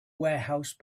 warehouse